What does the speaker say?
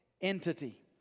entity